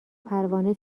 پروانه